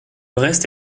reste